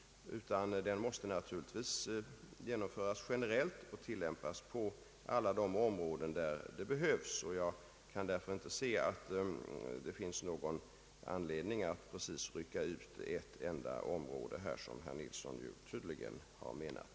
Den måste naturligtvis genomföras generellt och tillämpas på alla områden där den behövs. Jag kan alltså inte se att det finns nå gon anledning att rycka ut ett enda område, vilket tydligen herr Nils Nilsson har menat.